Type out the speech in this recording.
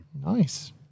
Nice